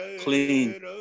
clean